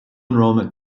enrollment